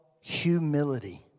Humility